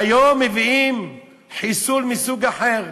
והיום מביאים חיסול מסוג אחר,